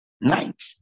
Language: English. night